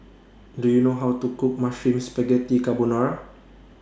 Do YOU know How to Cook Mushroom Spaghetti Carbonara